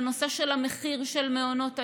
לנושא של מחיר מעונות היום,